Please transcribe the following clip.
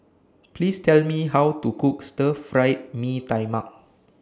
Please Tell Me How to Cook Stir Fried Mee Tai Mak